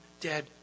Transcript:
dead